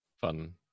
Fun